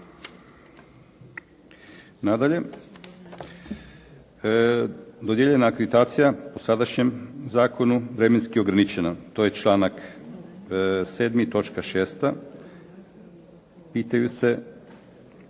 Nadalje, dodijeljena akreditacija po sadašnjem zakonu vremenski je ograničena, to je članak 7.